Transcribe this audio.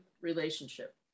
relationship